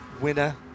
winner